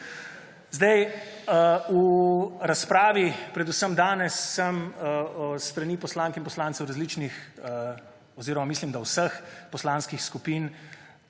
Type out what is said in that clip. V razpravi predvsem danes s strani poslank in poslancev različnih oziroma mislim, da vseh poslanskih skupin